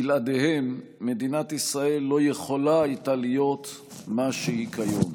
בלעדיהם מדינת ישראל לא יכולה הייתה להיות מה שהיא כיום.